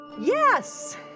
Yes